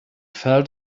felt